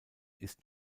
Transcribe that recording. ist